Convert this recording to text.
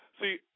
See